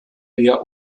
eher